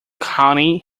county